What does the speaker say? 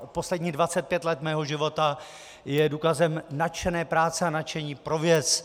Posledních 25 let mého života je důkazem nadšené práce a nadšení pro věc.